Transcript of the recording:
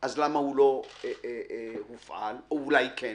אז למה הוא לא מופעל, או אולי כן.